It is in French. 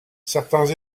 certains